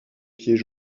pieds